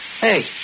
Hey